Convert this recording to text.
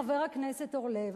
חבר הכנסת אורלב,